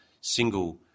single